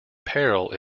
peril